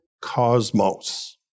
cosmos